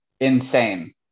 insane